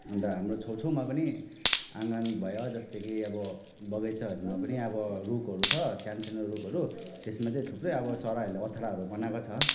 अन्त हाम्रो छेउछेउमा पनि आँगन भयो जस्तै कि अब बगैँचाहरूमा पनि अब रुखहरू छ सानोतिनो रुखहरू त्यसमा चाहिँ थुप्रै अब चराहरूले ओथ्राहरू बनाएको छ